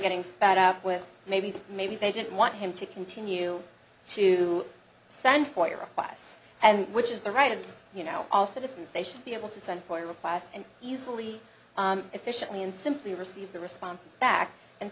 getting fed up with maybe maybe they didn't want him to continue to send for your class and which is the right of you know all citizens they should be able to send for a request and easily efficiently and simply receive the response back and